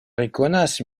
rekonas